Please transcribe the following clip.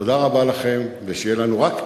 תודה רבה לכם, ושיהיה לנו רק טוב.